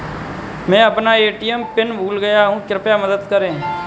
मैं अपना ATM pin भूल गया हूँ, कृपया मदद करें